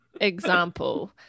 example